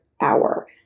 hour